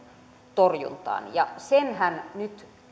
torjuntaan senhän nyt